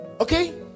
Okay